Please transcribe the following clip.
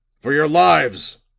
for your lives!